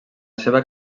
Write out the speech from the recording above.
seva